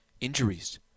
Injuries